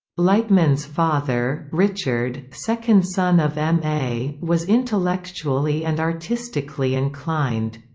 lightman's father, richard, second son of m a, was intellectually and artistically inclined.